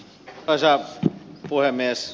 arvoisa puhemies